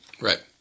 Right